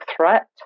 threat